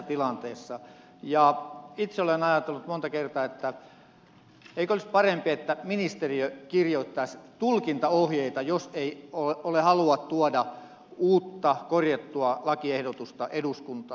itse olen ajatellut monta kertaa että eikö olisi parempi että ministeriö kirjoittaisi tulkintaohjeita jos ei ole halua tuoda uutta korjattua lakiehdotusta eduskuntaan